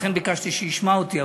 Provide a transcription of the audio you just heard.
לכן ביקשתי שישמע אותי,